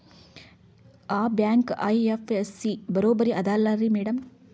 ಆ bank IFSC ಬರೊಬರಿ ಅದಲಾರಿ ಮ್ಯಾಡಂ?